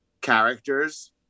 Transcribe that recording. characters